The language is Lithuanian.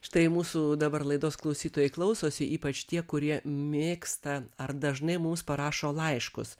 štai mūsų dabar laidos klausytojai klausosi ypač tie kurie mėgsta ar dažnai mums parašo laiškus